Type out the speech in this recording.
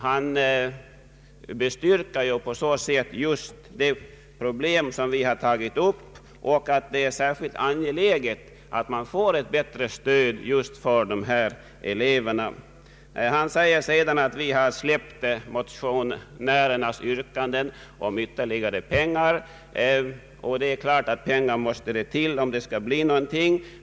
Han bestyrker på så sätt just det problem vi har tagit upp och angelägenheten av att man får ett bättre stöd för dessa elever. Herr Lars Larsson säger sedan att vi har släppt motionärernas yrkanden om ytterligare pengar, och det är klart att pengar måste till om det skall bli någonting.